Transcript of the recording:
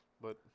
But-